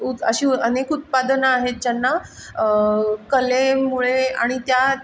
उ अशी अनेक उत्पादनं आहेत ज्यांना कलेमुळे आणि त्या